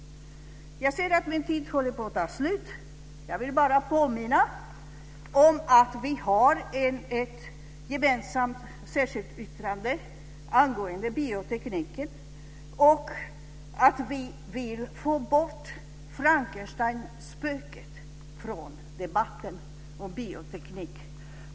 Jag ser att min talartid håller på att ta slut. Jag vill bara påminna om att vi har ett gemensamt särskilt yttrande angående biotekniken och att vi vill få bort Frankenstein-spöket från debatten om bioteknik.